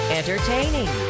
entertaining